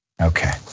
Okay